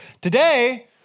Today